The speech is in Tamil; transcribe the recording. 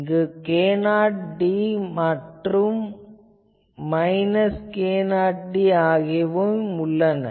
இங்கு k0d மற்றும் மைனஸ் k0d ஆகியவையும் குறிப்பிடப்பட்டுள்ளன